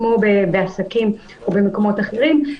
כמו בעסקים ובמקומות אחרים.